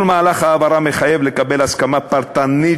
כל מהלך העברה מחייב לקבל הסכמה פרטנית